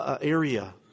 area